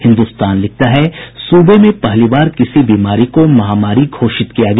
हिन्दुस्तान लिखता है सूबे में पहली बार किसी बीमारी को महामारी घोषित किया गया